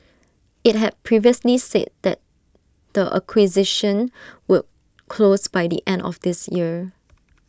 IT had previously said that the acquisition would close by the end of this year